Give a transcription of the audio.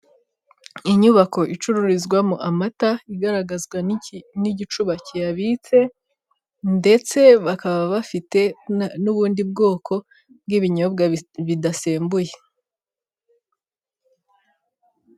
Inyubako icururizwamo amata. Igaragazwa n'igicuba kiyabitse, ndetse bakaba bafite n'ubundi bwoko bw'ibinyobwa bidasembuye.